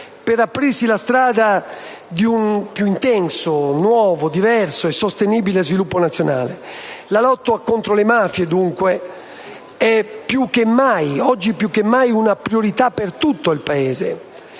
per aprire la strada di un più intenso, nuovo, diverso e sostenibile sviluppo nazionale. La lotta contro le mafie, dunque, è oggi più che mai una priorità per tutto il Paese.